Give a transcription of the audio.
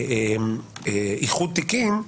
איחוד תיקים,